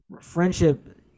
friendship